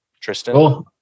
Tristan